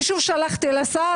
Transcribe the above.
כשאני שוב שלחתי לשר,